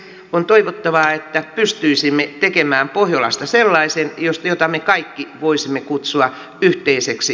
on toivottavaa että pystyisimme tekemään pohjolasta sellaisen jota me kaikki voisimme kutsua yhteiseksi